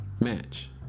match